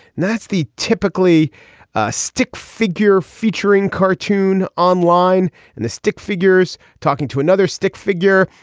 that's the typically ah stick figure featuring cartoon online and the stick figures talking to another stick figure.